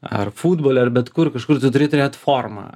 ar futbole ar bet kur kažkur tu turi turėt formą